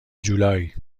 جولای